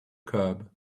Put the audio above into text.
curb